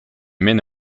mène